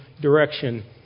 direction